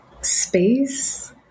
space